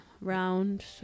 round